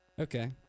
Okay